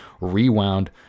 rewound